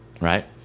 right